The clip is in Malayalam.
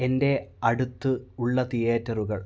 എൻ്റെ അടുത്ത് ഉള്ള തിയേറ്ററുകൾ